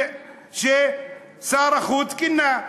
כפי ששר החוץ כינה?